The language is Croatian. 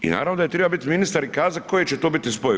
I naravno da je triba bit ministar i kazat koje će to biti spoj.